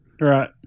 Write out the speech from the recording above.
Right